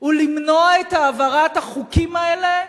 הוא למנוע את העברת החוקים האלה,